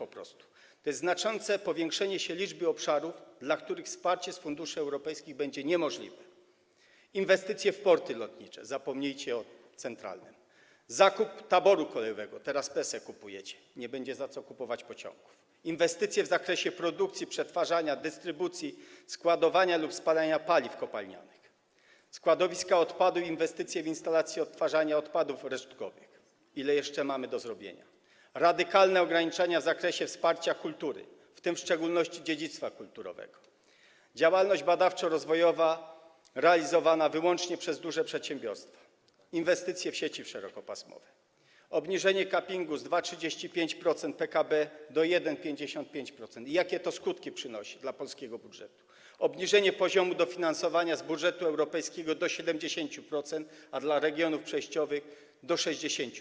A mianowicie: znaczące powiększenie liczby obszarów, dla których wsparcie z funduszy europejskich będzie niemożliwe; inwestycje w porty lotnicze - zapomnijcie o porcie centralnym; zakup taboru kolejowego - teraz kupujecie Pesę, a nie będzie za co kupować pociągów; inwestycje w zakresie produkcji, przetwarzania, dystrybucji, składowania lub spalania paliw kopalnianych; składowiska odpadów i inwestycje w instalacje przetwarzania odpadów resztkowych - ile jeszcze mamy do zrobienia; radykalne ograniczenia w zakresie wsparcia kultury, w tym w szczególności dziedzictwa kulturowego; działalność badawczo-rozwojowa realizowana wyłącznie przez duże przedsiębiorstwa; inwestycje w sieci szerokopasmowe; obniżenie cappingu z 2,35% PKB do 1,55% PKB - i jakie skutki to przynosi dla polskiego budżetu; obniżenie poziomu dofinansowania z budżetu europejskiego do 70%, a dla regionów przejściowych - do 60%